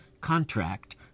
contract